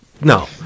no